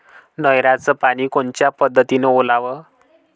नयराचं पानी कोनच्या पद्धतीनं ओलाव?